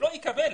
שלא יקבל.